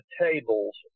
tables